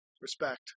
respect